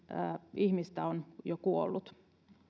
ihmistä on jo kuollut